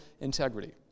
integrity